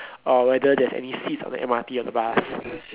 or whether there's any seats on the M_R_T or the bus